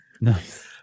Nice